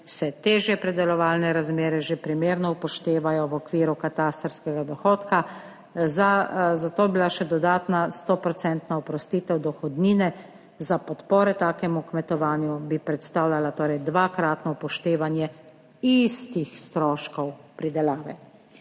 se težje pridelovalne razmere že primerno upoštevajo v okviru katastrskega dohodka, zato je bila še dodatna 100 % oprostitev dohodnine, za podporo takemu kmetovanju bi predstavljala torej dvakratno upoštevanje istih stroškov pridelave.